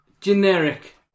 Generic